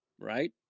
right